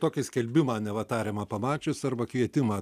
tokį skelbimą neva tariamą pamačius arba kvietimą